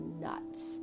nuts